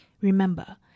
Remember